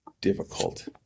difficult